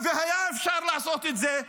והיה אפשר לעשות את זה,